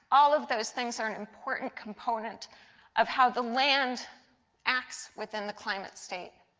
all of those things are an important component of how the land ask within the climate state.